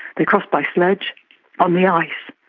they crossed by sledge on the ice.